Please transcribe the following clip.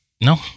no